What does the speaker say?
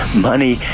Money